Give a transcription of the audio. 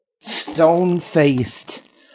Stone-faced